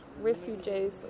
refugees